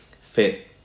fit